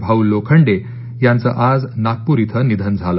भाऊ लोखंडे यांचं आज नागपूर इथं निधन झालं